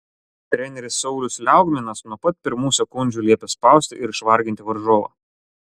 treneris saulius liaugminas nuo pat pirmų sekundžių liepė spausti ir išvarginti varžovą